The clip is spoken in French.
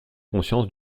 conscience